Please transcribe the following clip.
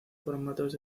formatos